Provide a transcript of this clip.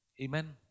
Amen